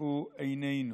חשכו עינינו".